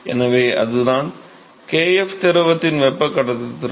எனவே அதுதான் k f திரவத்தின் வெப்பக் கடத்துத்திறன்